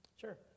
Sure